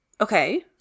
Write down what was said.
Okay